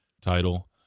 title